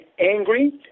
angry